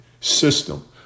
system